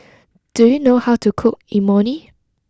do you know how to cook Imoni